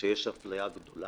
שיש אפליה גדולה,